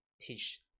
teach